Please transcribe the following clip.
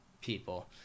people